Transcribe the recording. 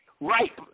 Right